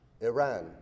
Iran